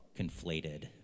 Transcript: conflated